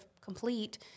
complete